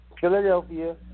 Philadelphia